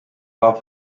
war